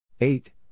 eight